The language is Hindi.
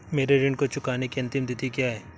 मेरे ऋण को चुकाने की अंतिम तिथि क्या है?